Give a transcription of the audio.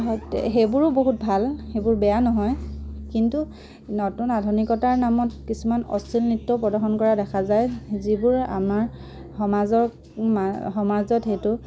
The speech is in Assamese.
হয় সেইবোৰো বহুত ভাল সেইবোৰ বেয়া নহয় কিন্তু নতুন আধুনিকতাৰ নামত কিছুমান অশ্লীল নৃত্যও প্ৰদৰ্শন কৰা দেখা যায় যিবোৰে আমাৰ সমাজৰ মা সমাজত সেইটো